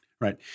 Right